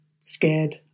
scared